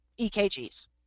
EKGs